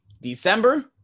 December